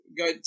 go